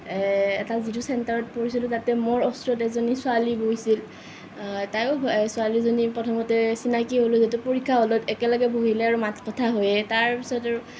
এ এটা যিটো চেণ্টাৰত পৰিছিলোঁ তাতে মোৰ ওচৰত এজনী ছোৱালী বহিছিল তায়ো এ ছোৱালীজনী প্ৰথমতে চিনাকী হ'লো যেতিয়া পৰীক্ষা হ'লত একেলগে বহিলে আৰু মাত কথা হয়েই তাৰপিছত আৰু